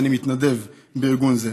אני מתנדב בארגון זה,